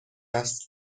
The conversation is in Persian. است